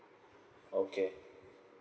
okay